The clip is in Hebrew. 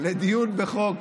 לדיון בחוק